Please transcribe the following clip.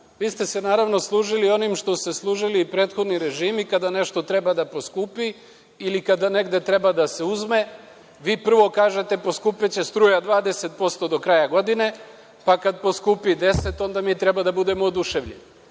Vi ste se, naravno, služili onim čime su se služili prethodni režimi kada nešto treba da poskupi ili kada negde treba da se uzme. Vi prvo kažete – poskupeće struja 20% do kraja godine, pa kad poskupi 10 onda mi treba da budemo oduševljeni.